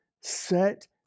set